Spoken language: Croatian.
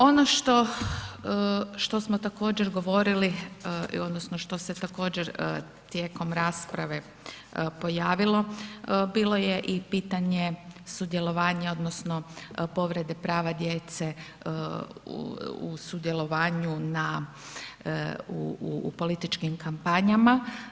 Ono što smo također govorili odnosno što se također tijekom rasprave pojavilo, bilo je i pitanje sudjelovanja odnosno povrede prava djece u sudjelovanju na, u političkim kampanjama.